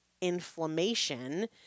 inflammation